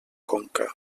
conca